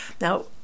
now